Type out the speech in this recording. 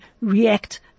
react